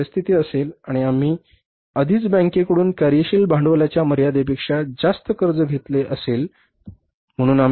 जर ती परिस्थिती असेल आणि आम्ही आधीच बँकेकडून कार्यशील भांडवलाच्या मर्यादेपेक्षा जास्त कर्ज घेतले असेल